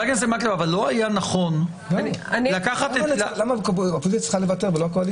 אבל למה האופוזיציה צריכה לוותר ולא הקואליציה?